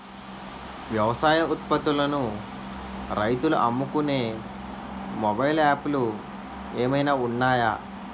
వ్యవసాయ ఉత్పత్తులను రైతులు అమ్ముకునే మొబైల్ యాప్ లు ఏమైనా ఉన్నాయా?